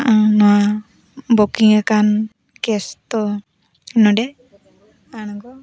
ᱟᱨ ᱱᱚᱣᱟ ᱵᱩᱠᱤᱝ ᱟᱠᱟᱱ ᱠᱮᱥ ᱛᱚ ᱱᱚᱰᱮ ᱟᱬᱜᱚ